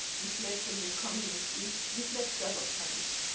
we fled from the communist east. we fled several times.